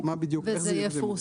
מה בדיוק, איך זה יהיה.